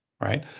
right